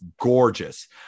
gorgeous